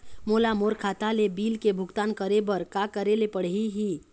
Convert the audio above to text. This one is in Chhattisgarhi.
मोला मोर खाता ले बिल के भुगतान करे बर का करेले पड़ही ही?